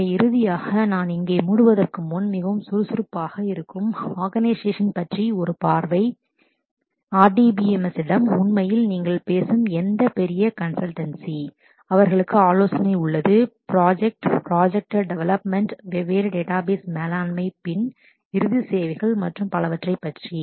எனவே இறுதியாக நான் இங்கே மூடுவதற்கு முன் மிகவும் சுறுசுறுப்பாக இருக்கும் ஆர்கனைசேஷன் organization பற்றி ஒரு பார்வை RDMS இடம் உண்மையில் நீங்கள் பேசும் எந்த பெரிய கண்சல்டன்சி அவர்களுக்கு ஆலோசனை உள்ளது ப்ராஜெக்ட் projects ப்ரோடுக்ட் டெவெலப்மென்ட் வெவ்வேறு டேட்டாபேஸ் மேலாண்மை பின் இறுதி சேவைகள் மற்றும் பலவற்றைப் பற்றி